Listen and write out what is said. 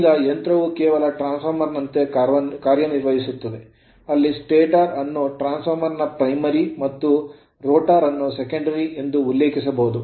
ಈಗ ಯಂತ್ರವು ಕೇವಲ ಟ್ರಾನ್ಸ್ ಫಾರ್ಮರ್ ನಂತೆ ಕಾರ್ಯನಿರ್ವಹಿಸುತ್ತದೆ ಅಲ್ಲಿ stator ಸ್ಟಾಟರ್ ಅನ್ನು ಟ್ರಾನ್ಸ್ ಫಾರ್ಮರ್ ನ primary ಪ್ರಾಥಮಿಕ ಮತ್ತು rotor ರೋಟರ್ ಅನ್ನು secondary ದ್ವಿತೀಯ ಎಂದು ಉಲ್ಲೇಖಿಸಬಹುದು